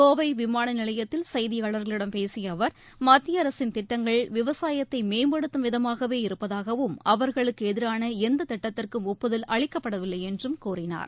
கோவை விமான நிவையத்தில் செய்தியாளர்களிடம் பேசிய அவர் மத்திய அரசின் திட்டங்கள் விவசாயத்தை மேம்படுத்தும் விதமாகவே இருப்பதாகவும் அவர்களுக்கு எதிரான எந்த திட்டத்திற்கும் ஒப்புதல் அளிக்கப்படவில்லை என்றும் கூறினார்